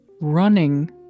running